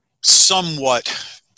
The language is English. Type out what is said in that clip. somewhat